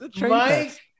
Mike